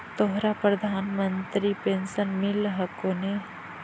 तोहरा प्रधानमंत्री पेन्शन मिल हको ने?